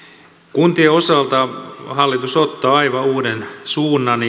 kuntien osalta hallitus ottaa aivan uuden suunnan